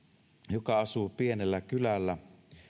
joka asuu pienellä kylällä